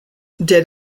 did